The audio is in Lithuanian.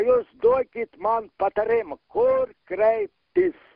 jūs duokit man patarimą kur kreiptis